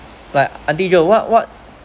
like auntie joan what what